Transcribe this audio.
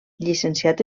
llicenciat